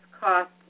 cost